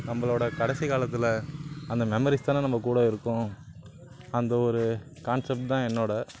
நம்மளோட கடைசி காலத்தில் அந்த மெமரிஸ்தானே நம்ம கூட இருக்கும் அந்த ஒரு கான்சப்ட் தான் என்னோடய